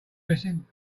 missing